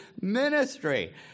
ministry